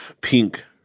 pink